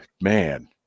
man